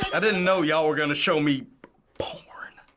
i didn't know y'all were gonna show me porn.